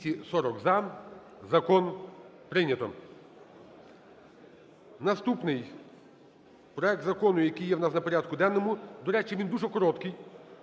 Наступний проект закону, який є у нас на порядку денному – до речі, він дуже короткий